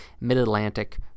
mid-Atlantic